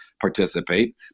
participate